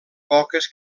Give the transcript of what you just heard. poques